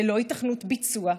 ללא היתכנות ביצוע,